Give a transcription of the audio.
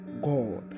God